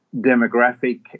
demographic